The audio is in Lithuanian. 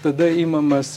tada imamas